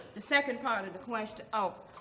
the second part of the question oh,